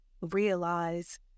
realize